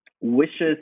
Wishes